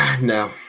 No